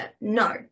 No